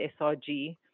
SRG